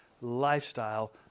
lifestyle